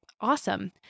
awesome